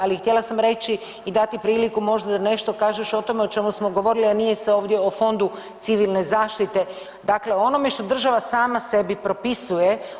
Ali htjela sam reći i dati priliku možda da nešto kažeš o tome o čemu smo govorili, a nije se ovdje o fondu civilne zaštite, dakle o onome što država sama sebi propisuje.